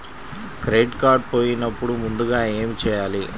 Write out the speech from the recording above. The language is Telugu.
క్రెడిట్ కార్డ్ పోయినపుడు ముందుగా ఏమి చేయాలి?